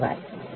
धन्यवाद